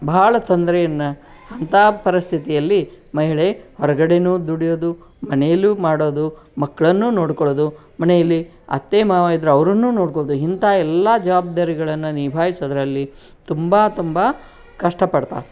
ಭಾಳ ತೊಂದ್ರೆಯನ್ನು ಅಂಥ ಪರಿಸ್ಥಿತಿಯಲ್ಲಿ ಮಹಿಳೆ ಹೊರಗಡೆನೂ ದುಡಿಯೋದು ಮನೆಯಲ್ಲೂ ಮಾಡೋದು ಮಕ್ಕಳನ್ನೂ ನೋಡಿಕೊಳ್ಳೋದು ಮನೆಯಲ್ಲಿ ಅತ್ತೆ ಮಾವ ಇದ್ರೆ ಅವರನ್ನೂ ನೋಡ್ಕೊಳೋದು ಇಂಥ ಎಲ್ಲ ಜವಾಬ್ದಾರಿಗಳನ್ನು ನಿಭಾಯಿಸೋದ್ರಲ್ಲಿ ತುಂಬ ತುಂಬ ಕಷ್ಟಪಡ್ತಾಳೆ